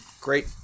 great